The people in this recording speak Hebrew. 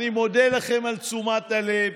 אני מודה לכם על תשומת הלב.